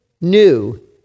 new